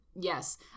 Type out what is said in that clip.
Yes